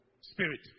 spirit